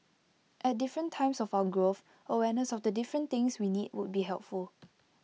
at different times of our growth awareness of the different things we need would be helpful